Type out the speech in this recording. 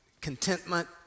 contentment